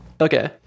Okay